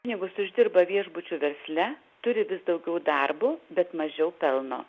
pinigus uždirba viešbučių versle turi vis daugiau darbo bet mažiau pelno